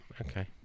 Okay